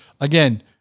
Again